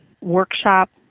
workshop